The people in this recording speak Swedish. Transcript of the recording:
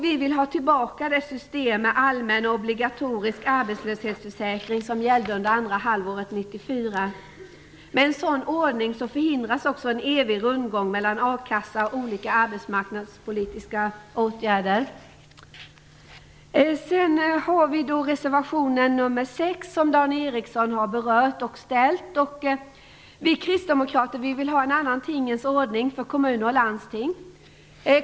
Vi vill ha tillbaka det system med allmän obligatorisk arbetslöshetsförsäkring som gällde under andra halvåret 1994. Med en sådan ordning förhindras en evig rundgång mellan a-kassa och olika arbetsmarknadspolitiska åtgärder. Dan Ericsson har berört reservation nr 6. Vi kristdemokrater vill ha en annan tingens ordning för kommuner och landsting.